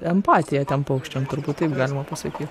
empatiją tiem paukščiam turbūt taip galima pasakyt